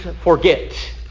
forget